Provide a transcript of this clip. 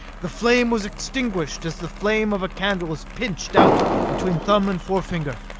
the flame was extinguished as the flame of a candle is pinched out between thumb and forefinger.